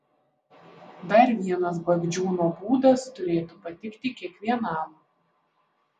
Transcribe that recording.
dar vienas bagdžiūno būdas turėtų patikti kiekvienam